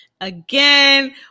again